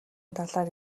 талаар